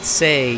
say